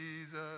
Jesus